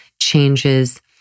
changes